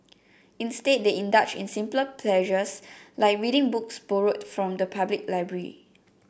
instead they indulge in simple pleasures like reading books borrowed from the public library